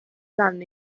danno